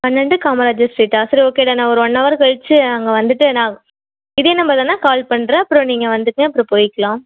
பன்னெண்டு காமராஜர் ஸ்ட்ரீட்டா சரி ஓகேடா நான் ஒரு ஒன் ஹவர் கழிச்சு அங்க வந்துட்டு நான் இதே நம்பர் தானே கால் பண்ணுறேன் அப்புறம் நீங்கள் வந்துடுங்க அப்புறம் போயிக்கலாம்